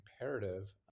imperative